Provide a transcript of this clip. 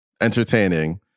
entertaining